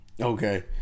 Okay